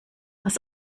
das